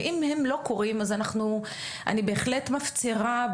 ואם הם לא קורים אז אני בהחלט מפצירה,